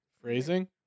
Phrasing